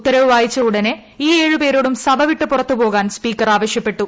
ഉത്തരവ് വായിച്ച ഉടനെ ഈ ഏഴ് പേരോടും സഭ വിട്ട് പുറത്ത് പോകാൻ സ്പീക്കർ ആവശ്യപ്പെട്ടു